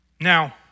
Now